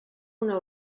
una